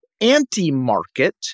anti-market